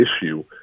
issue